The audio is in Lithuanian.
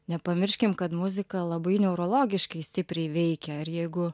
nepamirškim kad muzika labai neurologiškai stipriai veikia ir jeigu